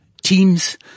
teams